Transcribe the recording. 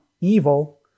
evil